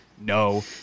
no